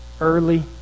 early